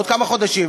עוד כמה חודשים.